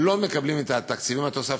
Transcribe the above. מוכר